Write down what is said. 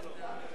נתקבלה.